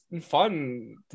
fun